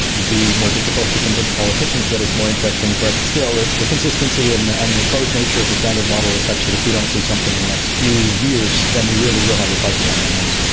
it will be more difficult to convince politicians that it's more interesting but still the consistency and the and the closed nature of the standard model is such that if we don't see something in the next few years then we really will have a puzzle on our hands.